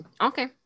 okay